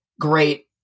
great